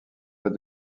pas